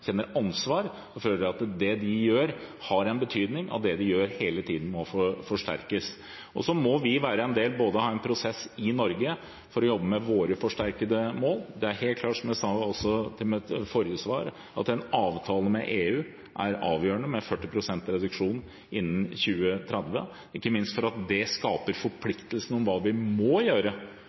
kjenner ansvar og føler at det de gjør, har en betydning, og at det de gjør, hele tiden må forsterkes. Så må vi ha en prosess i Norge for å jobbe med våre forsterkede mål. Det er helt klart, som jeg også sa i mitt forrige svar, at en avtale med EU med 40 pst. reduksjon innen 2030, er avgjørende, ikke minst fordi det skaper forpliktelse til hva vi må gjøre,